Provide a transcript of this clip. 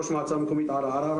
ראש מועצה מקומית ערערה,